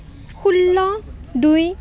ষোল্ল দুই